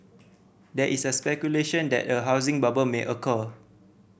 there is speculation that a housing bubble may occur